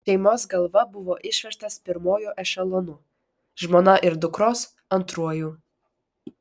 šeimos galva buvo išvežtas pirmuoju ešelonu žmona ir dukros antruoju